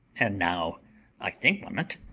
and, now i think on't,